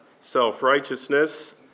self-righteousness